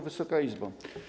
Wysoka Izbo!